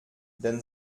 den